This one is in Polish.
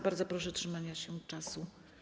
Bardzo proszę o trzymanie się czasu.